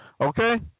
Okay